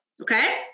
okay